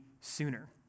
sooner